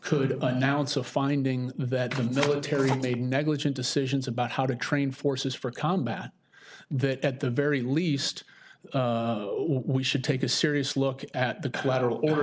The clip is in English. could announce a finding that from the military may be negligent decisions about how to train forces for combat that at the very least we should take a serious look at the collateral o